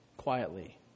quietly